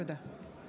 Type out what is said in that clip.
תודה.